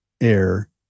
air